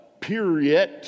period